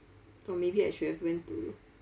or maybe I should have went to